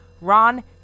Ron